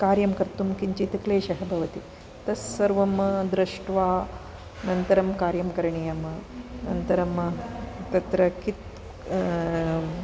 कार्यं कर्तुं किञ्चित् क्लेशः भवति तत्सर्वं दृष्ट्वा अनन्तरं कार्यं करणीयं अनन्तरं तत्र कित्